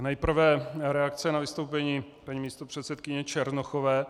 Nejprve reakce na vystoupení paní místopředsedkyně Černochové.